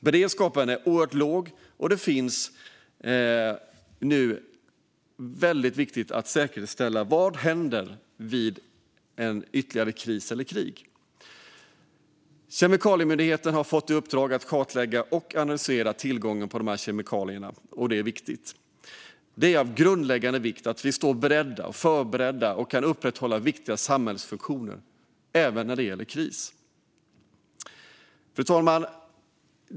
Beredskapen är oerhört låg, och det är nu väldigt viktigt att säkerställa vad som händer vid ytterligare en kris eller ett krig. Kemikalieinspektionen har fått i uppdrag att kartlägga och analysera tillgången på dessa kemikalier. Det är viktigt. Det är av grundläggande vikt att vi är förberedda och kan upprätthålla viktiga samhällsfunktioner även i en kris. Fru talman!